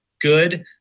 Good